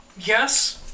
Yes